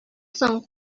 соң